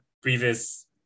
previous